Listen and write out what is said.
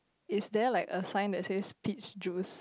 is there like a sign that says peach juice